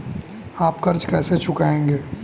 आप कर्ज कैसे चुकाएंगे?